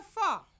four